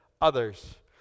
others